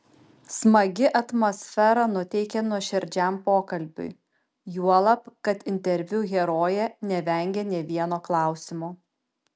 smagi atmosfera nuteikė nuoširdžiam pokalbiui juolab kad interviu herojė nevengė nė vieno klausimo